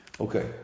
Okay